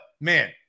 man